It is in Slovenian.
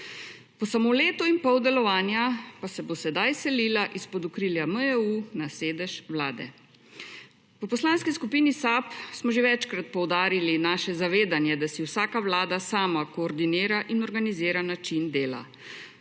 Po samo letu in pol delovanja, pa se bo sedaj selila izpod okrilja MJU na sedež Vlade. V Poslanski skupini SAB smo že večkrat poudarili naše zavedanje, da si vsaka Vlada sama koordinira in organizira način dela.